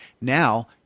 now